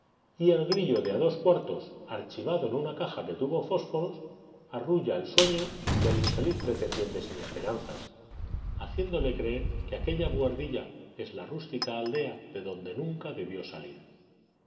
y el grillo de a dos cuartos archivado en una caja que tuvo fósforos arrulla el sueño del infeliz pretendiente sin esperanzas haciéndole creer que aquella buhardilla es la rústica aldea de donde nunca debió salir